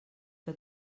que